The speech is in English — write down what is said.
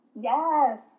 Yes